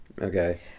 Okay